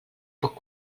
poc